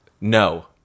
No